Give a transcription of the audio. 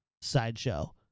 sideshow